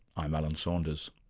i'm alan saunders.